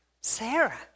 Sarah